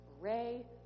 Ray